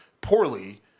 poorly